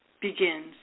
begins